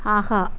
ஆஹா